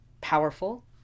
powerful